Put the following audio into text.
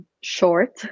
short